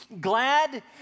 glad